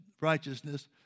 righteousness